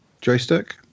joystick